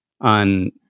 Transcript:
on